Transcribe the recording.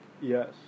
Yes